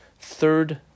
third